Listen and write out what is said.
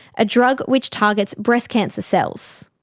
a drug which targets breast cancer cells.